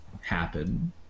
happen